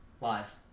live